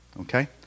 Okay